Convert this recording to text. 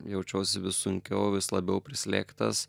jaučiausi vis sunkiau vis labiau prislėgtas